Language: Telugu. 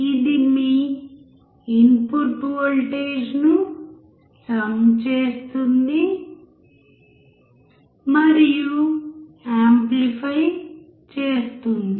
ఇది మీ ఇన్పుట్ వోల్టేజ్ను సమ్ చేస్తుంది మరియు యాంప్లిఫై చేస్తుంది